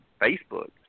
Facebook